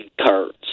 cards